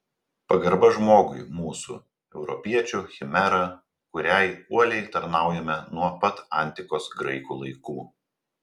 pagarba žmogui mūsų europiečių chimera kuriai uoliai tarnaujame nuo pat antikos graikų laikų